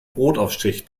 brotaufstrich